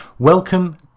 Welcome